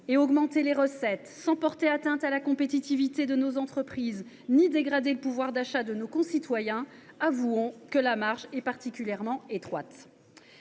et augmenter les recettes sans porter atteinte à la compétitivité de nos entreprises ni dégrader le pouvoir d’achat de nos concitoyens, le champ d’action est particulièrement étroit.